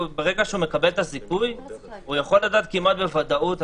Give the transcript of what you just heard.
ברגע שבנק מקבל את הזיכוי הוא יכול לדעת כמעט בוודאות.